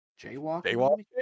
Jaywalk